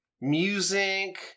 music